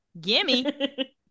gimme